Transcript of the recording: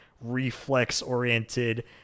reflex-oriented